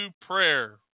prayer